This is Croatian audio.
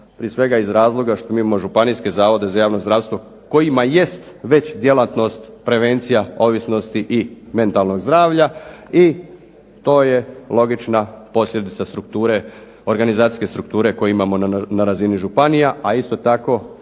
prije svega iz razloga što mi imamo županijske zavode za javno zdravstvo kojima jest već djelatnost prevencija ovisnosti i mentalnog zdravlja i to je logična posljedica strukture, organizacijske strukture koje imamo na razini županija. A isto tako